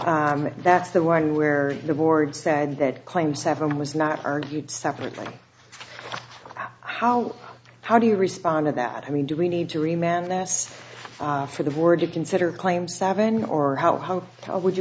f that's the one where the board said that claim seven was not argued separately how how do you respond to that i mean do we need to re man less for the board to consider claim seven or how how how would you